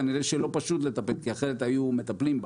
כנראה שלא פשוט לטפל בה כי אחרת היו מטפלים בה.